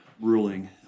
ruling